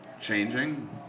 changing